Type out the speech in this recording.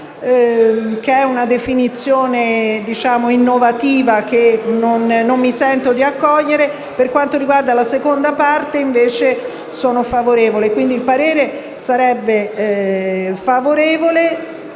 che è una definizione innovativa che non mi sento di accogliere. Per quanto riguarda la seconda parte sono favorevole. Il parere dunque sarebbe favorevole